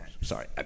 Sorry